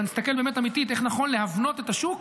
אלא נסתכל אמיתית איך נכון להבנות את השוק,